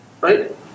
right